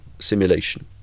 simulation